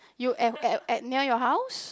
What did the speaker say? you at at at near your house